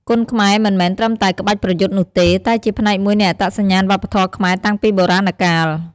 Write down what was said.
គុនខ្មែរមិនមែនត្រឹមតែក្បាច់ប្រយុទ្ធនោះទេ តែជាផ្នែកមួយនៃអត្តសញ្ញាណវប្បធម៌ខ្មែរតាំងពីបុរាណកាល។